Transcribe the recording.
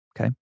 Okay